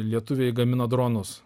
lietuviai gamina dronus